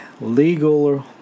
legal